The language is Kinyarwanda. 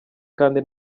kandi